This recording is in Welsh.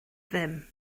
ddim